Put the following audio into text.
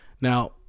Now